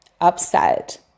upset